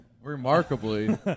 Remarkably